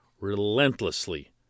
relentlessly